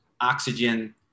oxygen